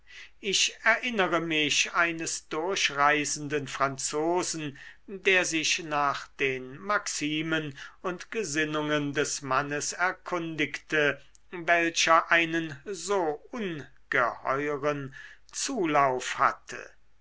ich erinnere mich eines durchreisenden franzosen der sich nach den maximen und gesinnungen des mannes erkundigte welcher einen so ungeheueren zulauf hatte